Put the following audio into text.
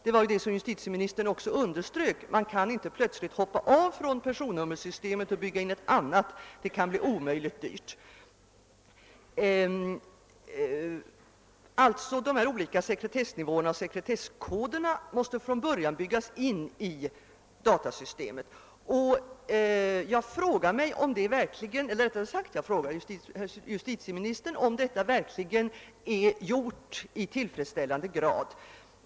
Det var ju också det justitieministern underströk: man kan inte plötsligt hoppa av från personnummersystemet och bygga in ett annat, ty det kan bli alltför dyrt. De olika sekretessnivåerna och sekretesskoderna måste alltså från början byggas in i datasystemet. Jag frågar justitieministern om detta verkligen är gjort i tillfredsställande grad.